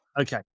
Okay